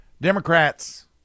Democrats